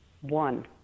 One